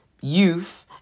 youth